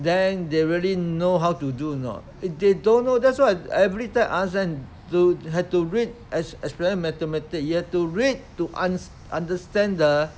then they really know how to do or not if they don't know that's why every time ask them do have to read es~ especially mathematic you have to read to un~ understand ah